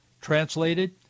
Translated